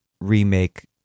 remake